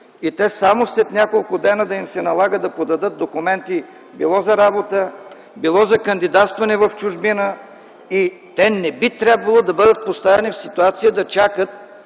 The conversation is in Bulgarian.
и само след няколко дни да им се налага да подадат документи било за работа, било за кандидатстване в чужбина. Те не би трябвало да бъдат поставени в ситуация да чакат